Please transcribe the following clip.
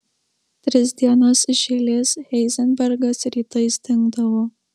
tris dienas iš eilės heizenbergas rytais dingdavo